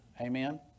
Amen